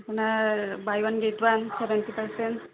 আপোনাৰ buy one get one seventy percent